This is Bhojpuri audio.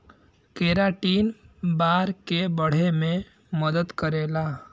केराटिन बार के बढ़े में मदद करेला